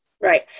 Right